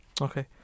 Okay